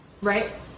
right